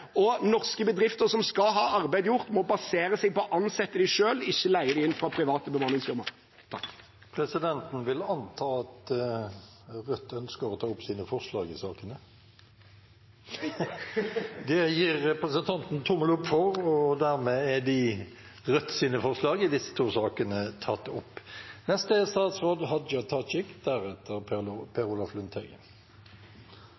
Norske bedrifter som skal ha arbeid gjort, må basere seg på å ansette folk selv og ikke leie dem inn fra private bemanningsfirma. Presidenten vil anta at representanten fra Rødt vil ta opp sine forslag i sakene. – Det gir representanten Mímir Kristjánsson tommelen opp til, og dermed er forslagene tatt opp. Det er mykje i desse forslaga som eg er einig i. Noko er